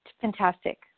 fantastic